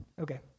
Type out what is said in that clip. Okay